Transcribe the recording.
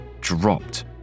dropped